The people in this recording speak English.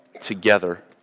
together